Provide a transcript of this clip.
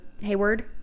Hayward